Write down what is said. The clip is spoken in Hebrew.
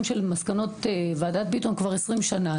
של מסקנות של וועדת ביטון כבר 20 שנה,